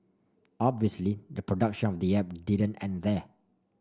obviously the production of the app didn't end there